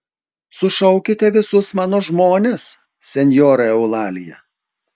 sušaukite visus mano žmones senjora eulalija